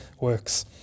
works